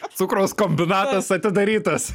cukraus kombinatas atidarytas